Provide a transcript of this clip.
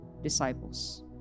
disciples